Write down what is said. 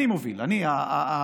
אני מוביל את זה.